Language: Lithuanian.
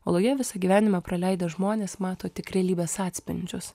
oloje visą gyvenimą praleidę žmonės mato tik realybės atspindžius